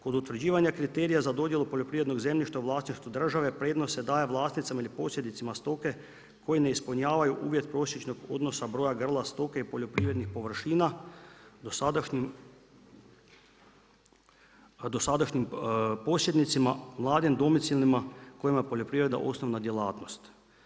Kod utvrđivanja kriterija za dodjelu poljoprivrednog zemljišta u vlasništvu države prednost se daje vlasnicima ili posjednicima stoke koji ne ispunjavanju uvjet prosječnog odnosa broja grla stoke i poljoprivrednih površina, a dosadašnjim posjednicima, mladim domicilnim kojima je poljoprivreda osnovna djelatnost.